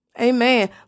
Amen